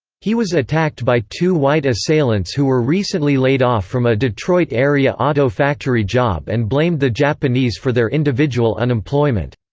he was attacked by two white assailants who were recently laid off from a detroit area auto factory job and blamed the japanese for their individual unemployment.